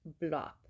blob